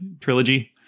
trilogy